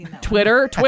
twitter